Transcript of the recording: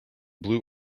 blue